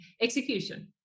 execution